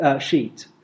sheet